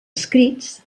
escrits